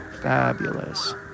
fabulous